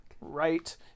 right